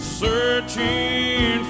searching